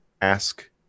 ask